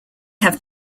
have